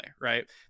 right